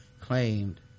claimed